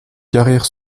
carrière